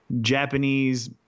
Japanese